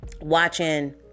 watching